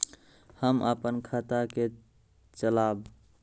हम अपन खाता के चलाब?